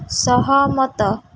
ସହମତ